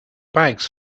bags